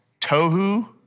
Tohu